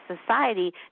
society